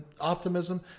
Optimism